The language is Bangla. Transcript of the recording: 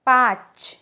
পাঁচ